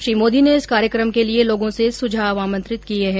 श्री मोदी ने इस कार्यक्रम के लिए लोगों से सुझाव आमंत्रित किये हैं